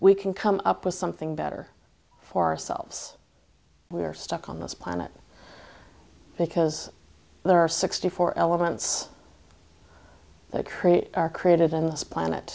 we can come up with something better for ourselves we're stuck on this planet because there are sixty four elements they create are created in this planet